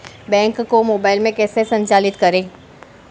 Bank को mobile में कैसे संचालित करें?